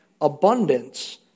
abundance